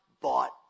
bought